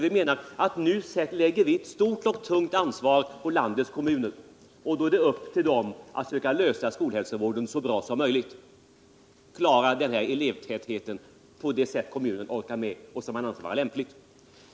Vi menar att nu lägger vi ett stort och tungt ansvar på landets kommuner, och då är det upp till dem att söka lösa frågan om skolhälsovården så bra som möjligt, klara problemet med elevtätheten på det sätt kommunen orkar med och anser vara lämpligt.